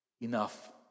enough